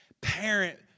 parent